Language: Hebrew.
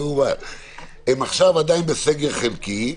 הם עכשיו עדיין בסגר חלקי,